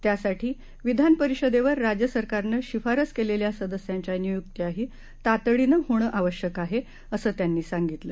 त्यासाठी विधान परिषदेवर राज्य सरकारनं शिफारस केलेल्या सदस्यांच्या नियुक्त्याही तातडीनं होणं आवश्यक आहे असं त्यांनी सांगितलं